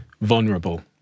vulnerable